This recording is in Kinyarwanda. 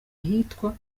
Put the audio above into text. ahitwa